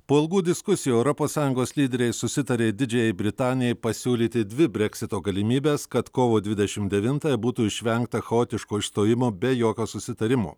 po ilgų diskusijų europos sąjungos lyderiai susitarė didžiajai britanijai pasiūlyti dvi breksito galimybes kad kovo dvidešim devintąją būtų išvengta chaotiško išstojimo be jokio susitarimo